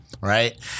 right